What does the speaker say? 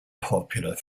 popular